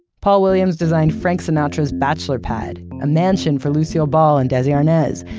paul williams designed frank sinatra's bachelor pad, a mansion for lucille ball and desi arnaz.